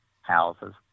houses